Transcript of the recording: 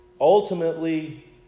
ultimately